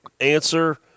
answer